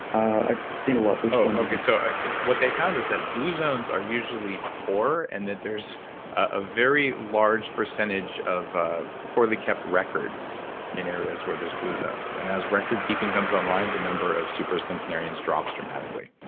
i've seen a lot. which one? okay. so what they found is that blue zones are usually poor and that there's a very large percentage of ah poorly kept records in areas where there's blue zones and as record keeping comes online, the number of super centenarians drops dramatically.